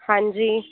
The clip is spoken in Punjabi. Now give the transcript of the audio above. ਹਾਂਜੀ